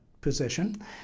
position